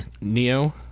Neo